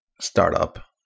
startup